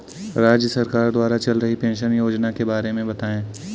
राज्य सरकार द्वारा चल रही पेंशन योजना के बारे में बताएँ?